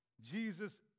Jesus